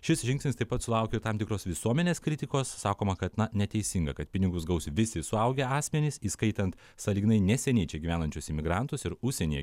šis žingsnis taip pat sulaukė tam tikros visuomenės kritikos sakoma kad na neteisinga kad pinigus gaus visi suaugę asmenys įskaitant sąlyginai neseniai čia gyvenančius imigrantus ir užsienyje